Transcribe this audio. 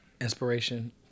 Inspiration